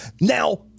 Now